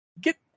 get